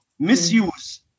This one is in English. Misuse